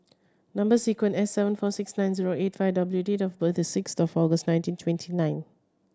number sequence S seven four six nine zero eight five W date of birth is six of August nineteen twenty nine